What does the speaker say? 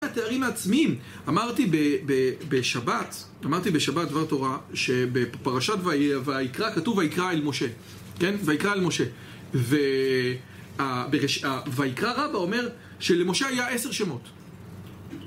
התארים העצמיים, אמרתי בשבת דבר תורה שבפרשת ויקרא כתוב ויקרא אל משה ויקרא אל משה, וויקרא רבה אומר שלמשה היה עשר שמות